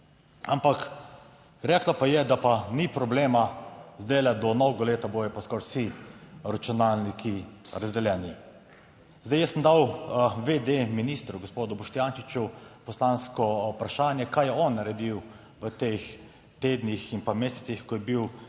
Ampak rekla pa je, da pa ni problema, zdaj do novega leta bodo pa skoraj vsi računalniki razdeljeni. Jaz sem dal vede ministru gospodu Boštjančiču poslansko vprašanje kaj je on naredil v teh tednih in mesecih, ko je bil vede